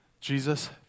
Jesus